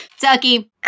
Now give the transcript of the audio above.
Ducky